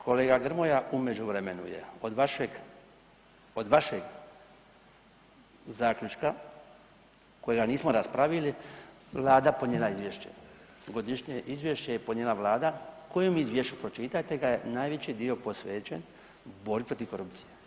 Kolega Grmoja u međuvremenu je od vašeg, od vašeg zaključka kojega nismo raspravili Vlada podnijela izvješće, godišnje izvješće je podnijela Vlada u kojem izvješću je, pročitajte ga, najveći dio je posvećen borbi protiv korupcije.